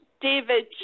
David